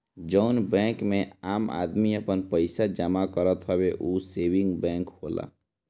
जउन बैंक मे आम आदमी आपन पइसा जमा करत हवे ऊ सेविंग बैंक होला